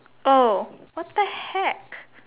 oh what the heck